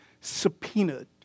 subpoenaed